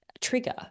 trigger